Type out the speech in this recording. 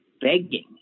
begging